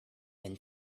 than